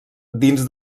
dins